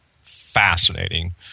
fascinating